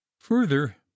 further